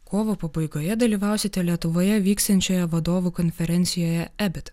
kovo pabaigoje dalyvausite lietuvoje vyksiančioje vadovų konferencijoje ebit